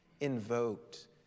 invoked